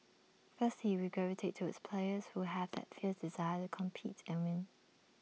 firstly we gravitate towards players who have that fierce desire to compete and win